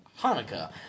Hanukkah